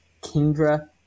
kindra